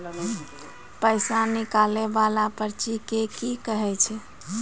पैसा निकाले वाला पर्ची के की कहै छै?